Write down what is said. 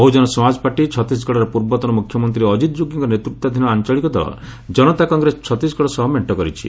Bahujan Samaj party ଛତିଶଗଡ଼ର ପୂର୍ବତନ ମୁଖ୍ୟମନ୍ତ୍ରୀ ଅଜିତ୍ ଯୋଗୀଙ୍କ ନେତୃତ୍ୱାଧୀନ ଆଞ୍ଚଳିକ ଦଳ ଜନତା କଂଗ୍ରେସ ଛତିଶଗଡ଼ ସହ ମେଣ୍ଟ କରିଛି